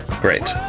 Great